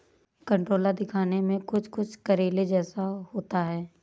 कंटोला दिखने में कुछ कुछ करेले जैसा होता है